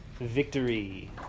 victory